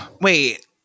Wait